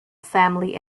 family